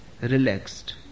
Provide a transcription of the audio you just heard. relaxed